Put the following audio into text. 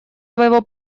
своего